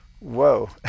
whoa